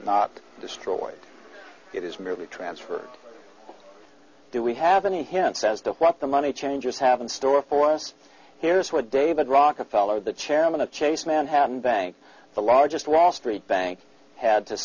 not destroyed it is merely transfer do we have any hints as to what the money changers have in store for us here's what david rockefeller the chairman of chase manhattan bank the largest raw street bank had to